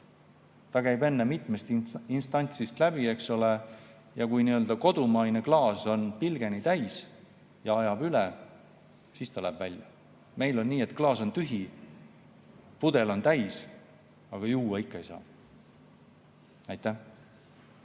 See käib enne mitmest instantsist läbi, eks ole. Kui kodumaine klaas on pilgeni täis ja ajab üle, siis see läheb välja. Meil on nii, et klaas on tühi, pudel on täis, aga juua ikka ei saa. Aitäh!